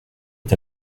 est